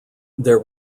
there